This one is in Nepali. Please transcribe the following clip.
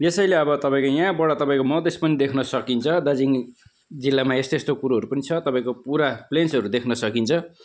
यसैले अब तपाईँको यहाँबाट तपाईँको मधेस पनि देख्न सकिन्छ दार्जिलिङ जिल्लामा यस्तो यस्तो कुरोहरू पनि छ तपाईँको पुरा प्लेन्सहरू देख्न सकिन्छ